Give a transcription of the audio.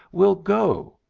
we'll go!